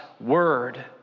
word